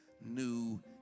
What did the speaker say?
new